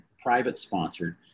private-sponsored